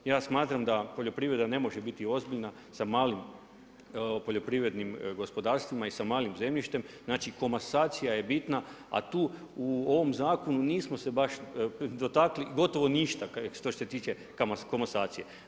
Ja smatram da poljoprivreda ne može biti ozbiljna sa malim poljoprivrednim gospodarstvima i sa malim zemljištem, znači komasacija je bitna a tu u ovom zakonu nismo se baš dotakli, gotovo ništa, što se tiče komasacije.